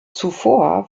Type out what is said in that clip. zuvor